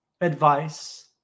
advice